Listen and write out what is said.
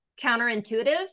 counterintuitive